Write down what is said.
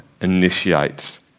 initiates